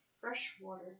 Freshwater